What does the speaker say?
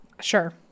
sure